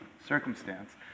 circumstance